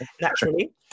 naturally